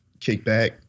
kickback